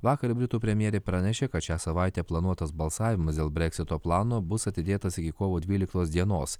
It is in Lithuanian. vakar britų premjerė pranešė kad šią savaitę planuotas balsavimas dėl breksito plano bus atidėtas iki kovo dvyliktos dienos